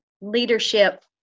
leadership